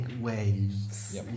waves